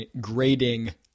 grading